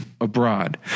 abroad